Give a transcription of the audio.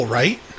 right